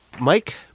Mike